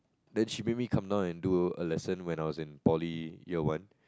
then she made me come down and do a lesson when I was in poly year one